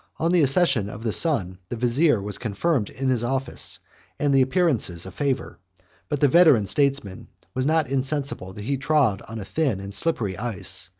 on the accession of the son, the vizier was confirmed in his office and the appearances of favor but the veteran statesman was not insensible that he trod on a thin and slippery ice,